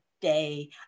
day